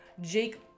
Jake